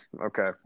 okay